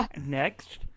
next